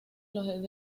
los